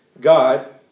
God